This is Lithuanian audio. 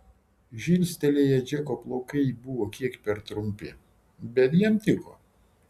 žilstelėję džeko plaukai buvo kiek per trumpi bet jam tiko